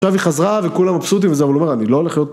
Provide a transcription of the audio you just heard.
עכשיו היא חזרה וכולם מבסוטים וזה, אבל אני אומר, אני לא הולך להיות...